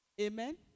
Amen